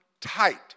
tight